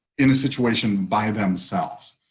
in a situation by themselves.